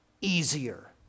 easier